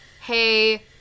hey